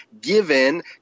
given